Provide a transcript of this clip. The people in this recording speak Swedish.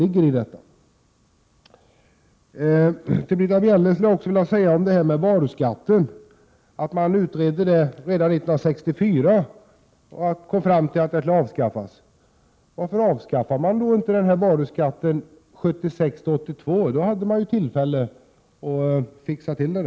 Till Britta Bjelle skulle jag vidare när det gäller varuskatten vilja säga att man utredde frågan redan 1964 och kom då fram till att varuskatten skulle avskaffas. Varför avskaffade då inte ni den under perioden 1976-1982? Då hade ni ju tillfälle att göra det.